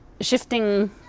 shifting